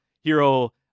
hero